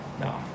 No